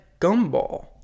gumball